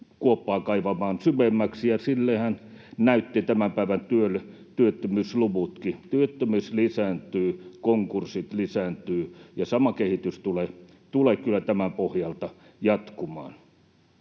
kuoppaa kaivamaan syvemmäksi, ja siltähän näyttivät tämän päivän työttömyysluvutkin. Työttömyys lisääntyy, konkurssit lisääntyvät, ja sama kehitys tulee kyllä tämän pohjalta jatkumaan.